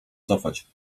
cofać